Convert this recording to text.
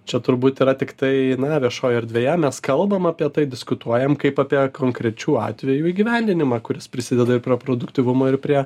čia turbūt yra tiktai na viešoj erdvėje mes kalbam apie tai diskutuojam kaip apie konkrečių atvejų įgyvendinimą kuris prisideda ir prie produktyvumo ir prie